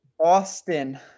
Austin